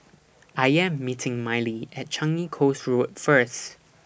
I Am meeting Mylee At Changi Coast Road First